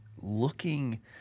looking